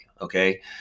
okay